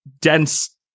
dense